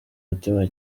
mutima